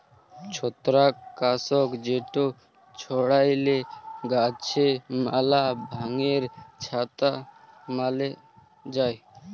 ছত্রাক লাসক যেট ছড়াইলে গাহাচে ম্যালা ব্যাঙের ছাতা ম্যরে যায়